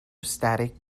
static